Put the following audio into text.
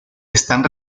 están